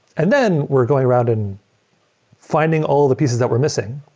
and then we're going around and finding all the pieces that we're missing,